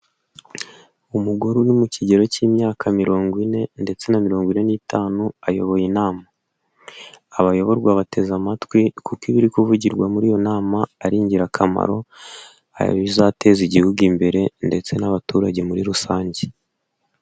Umugore uri mu kigero cy'imyaka mirongo ine ndetse na mirongo ine n'itanu ayoboye inama, abayoborwa bateze amatwi kuko ibiri kuvugirwa muri iyo nama ari ingirakamaro, ari ibizateza igihugu imbere ndetse n'abaturage muri rusange.